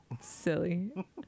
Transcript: Silly